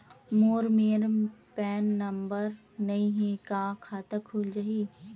मोर मेर PAN number नई हे का खाता खुल जाही?